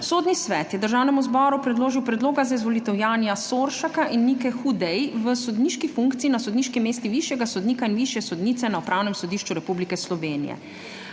Sodni svet je Državnemu zboru predložil predloga za izvolitev Janija Soršaka in Nike Hudej v sodniški funkciji na sodniški mesti višjega sodnika in višje sodnice na Upravnem sodišču Republike Slovenije.